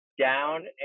down